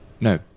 No